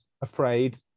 afraid